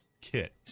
kit